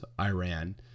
Iran